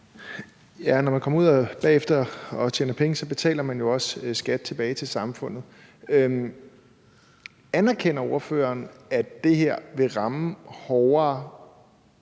man bagefter kommer ud og tjener penge, betaler man jo også skat tilbage til samfundet. Anerkender ordføreren, at det her vil ramme de